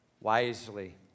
wisely